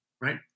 right